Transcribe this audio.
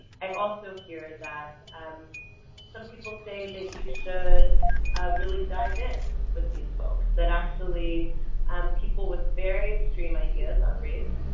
i also hear that um some people say that you should really dive in with these folks, that actually people with very extreme ideas on race